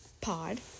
pod